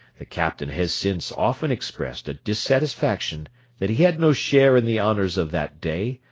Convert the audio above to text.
the captain has since often expressed a dissatisfaction that he had no share in the honours of that day,